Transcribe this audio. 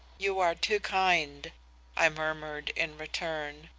you are too kind i murmured in return.